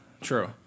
True